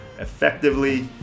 effectively